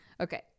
Okay